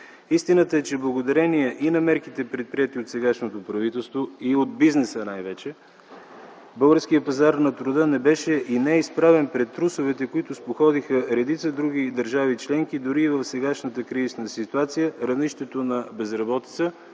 Истината е, че благодарение и на мерките, предприети от сегашното правителство, и от бизнеса най-вече, българският пазар на труда не беше и не е изправен пред трусовете, които споходиха редица други държави членки. Дори и в сегашната кризисна ситуация равнището на безработица